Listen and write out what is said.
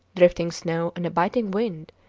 drifting snow, and a biting wind,